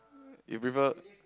you prefer